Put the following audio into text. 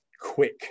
quick